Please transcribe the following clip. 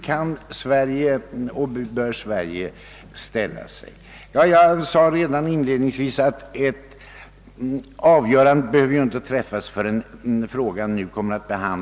Man kan till sist resa frågan, hur Sverige under behandlingen i FN kan och bör ställa sig. Jag framhöll redan inledningsvis att något avgörande inte behöver träffas förrän vid behandlingen i FN.